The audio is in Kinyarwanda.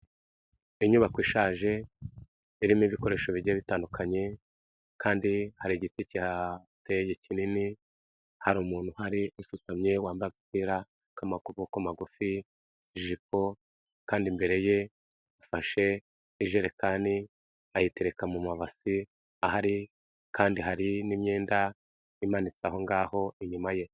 Inyubako ishaje irimo ibikoresho bigiye bitandukanye kandi hari igiti kihateye kinini, hari umuntu uhari usutamye wambaye agapira k'amaboko magufi, ijipo kandi imbere ye afashe ijerekani ayitereka mu mabase ahari kandi hari n'imyenda imanitse aho ngaho inyuma ye.